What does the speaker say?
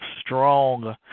strong